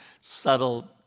subtle